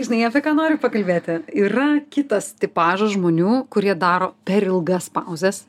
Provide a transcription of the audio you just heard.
žinai apie ką noriu pakalbėti yra kitas tipažas žmonių kurie daro per ilgas pauzes